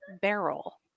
barrel